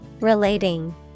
Relating